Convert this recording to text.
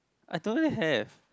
I don't have